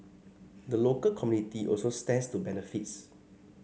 the local community also stands to benefits